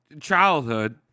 childhood